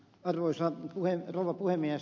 arvoisa rouva puhemies